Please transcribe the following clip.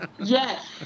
Yes